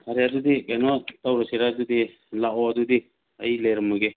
ꯐꯔꯦ ꯑꯗꯨꯗꯤ ꯀꯩꯅꯣ ꯇꯧꯔꯁꯤꯔ ꯑꯗꯨꯗꯤ ꯂꯥꯛꯑꯣ ꯑꯗꯨꯗꯤ ꯑꯩ ꯂꯩꯔꯝꯃꯒꯦ